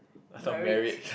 merit